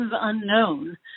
unknown